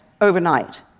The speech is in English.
overnight